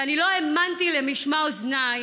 ואני לא האמנתי למשמע אוזניי,